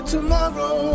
Tomorrow